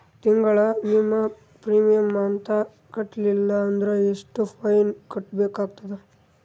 ತಿಂಗಳ ವಿಮಾ ಪ್ರೀಮಿಯಂ ಕಂತ ಕಟ್ಟಲಿಲ್ಲ ಅಂದ್ರ ಎಷ್ಟ ಫೈನ ಕಟ್ಟಬೇಕಾಗತದ?